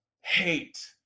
hate